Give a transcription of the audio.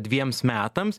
dviems metams